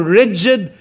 rigid